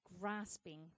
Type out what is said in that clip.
grasping